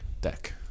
deck